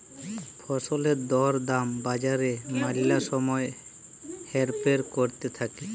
ফসলের দর দাম বাজারে ম্যালা সময় হেরফের ক্যরতে থাক্যে